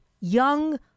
Young